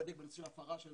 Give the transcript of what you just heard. להיבדק בנושא של הפרה של